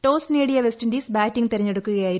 toss നേടിയ West Indies batting തെരഞ്ഞെടുക്കുകയായിരുന്നു